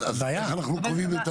אז איך אנחנו קובעים?